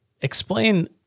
explain